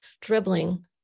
dribbling